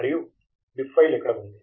మరియు bib file ఇక్కడ ఉంది